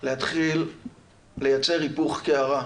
להתחיל לייצר היפוך קערה,